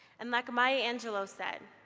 and like maya angelou said,